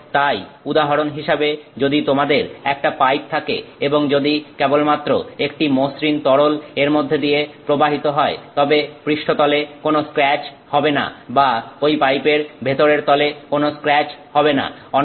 এবং তাই উদাহরণ হিসাবে যদি তোমাদের একটা পাইপ থাকে এবং যদি কেবলমাত্র একটি মসৃণ তরল এর মধ্যে দিয়ে প্রবাহিত হয় তবে পৃষ্ঠতলে কোন স্ক্র্যাচ হবে না বা ঐ পাইপের ভিতরের তলে কোন স্ক্র্যাচ হবে না